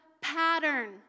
pattern